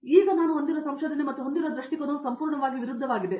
ಹಾಗಾಗಿ ಈಗ ನಾನು ಹೊಂದಿರುವ ಸಂಶೋಧನೆ ಮತ್ತು ಹೊಂದಿರುವ ದೃಷ್ಟಿಕೋನವು ಸಂಪೂರ್ಣವಾಗಿ ವಿರುದ್ಧವಾಗಿದೆ